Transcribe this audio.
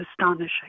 astonishing